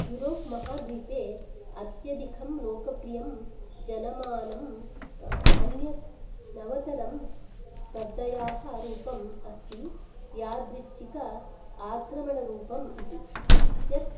Europe महाद्वीपे अत्यधिकं लोकप्रियं जनमानम् अन्यत् नवतरं स्पर्धयाः रूपम् अस्ति यादृच्छिक आक्रमणरूपम् इति यत्